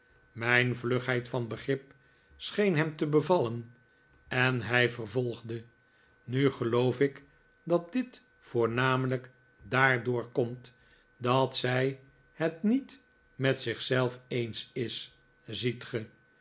mijn vlugheid van begrip scheen hem te bevallen en hij veryolgde nu geloof ik dat dit voomamelijk daardoor komt dat zij het niet met zich zelf eens is ziet ge